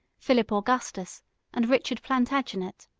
philip augustus and richard plantagenet.